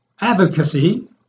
advocacy